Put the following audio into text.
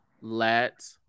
let